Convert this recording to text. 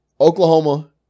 Oklahoma